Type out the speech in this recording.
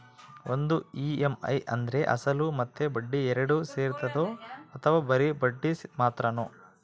ಒಂದು ಇ.ಎಮ್.ಐ ಅಂದ್ರೆ ಅಸಲು ಮತ್ತೆ ಬಡ್ಡಿ ಎರಡು ಸೇರಿರ್ತದೋ ಅಥವಾ ಬರಿ ಬಡ್ಡಿ ಮಾತ್ರನೋ?